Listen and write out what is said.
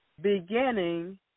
Beginning